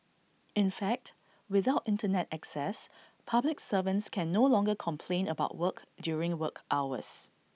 in fact without Internet access public servants can no longer complain about work during work hours